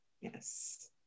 Yes